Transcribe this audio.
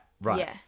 Right